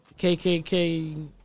KKK